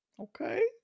okay